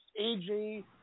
AJ